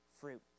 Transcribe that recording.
fruit